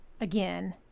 again